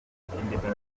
independently